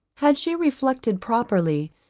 had she reflected properly,